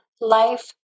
life